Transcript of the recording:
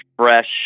fresh